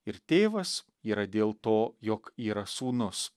ir tėvas yra dėl to jog yra sūnus